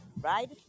right